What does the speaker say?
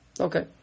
Okay